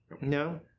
No